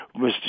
Mr